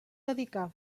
dedicar